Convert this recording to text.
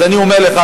אז אני אומר לך,